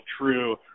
true